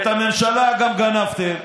גם את הממשלה גנבתם.